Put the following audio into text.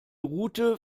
route